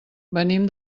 venim